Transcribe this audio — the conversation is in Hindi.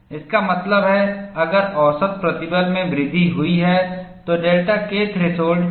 इसका मतलब है अगर औसत प्रतिबल में वृद्धि हुई है तो डेल्टा K थ्रेसहोल्ड नीचे आता है